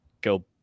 Go